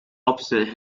opposite